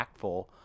impactful